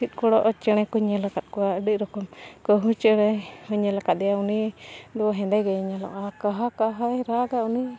ᱯᱷᱤᱫᱠᱚᱲᱚᱜ ᱨᱮ ᱪᱮᱬᱮ ᱠᱚᱧ ᱧᱮᱞ ᱟᱠᱟᱫ ᱠᱚᱣᱟ ᱟᱹᱰᱤ ᱨᱚᱠᱚᱢ ᱠᱟᱹᱦᱩ ᱪᱮᱬᱮ ᱦᱚᱧ ᱧᱮᱞ ᱟᱠᱟᱫᱮᱭᱟ ᱩᱱᱤ ᱫᱚ ᱦᱮᱸᱫᱮ ᱜᱮᱭ ᱧᱮᱞᱚᱜᱼᱟ ᱠᱟᱦᱟ ᱠᱟᱦᱟᱭ ᱨᱟᱜᱟ ᱩᱱᱤ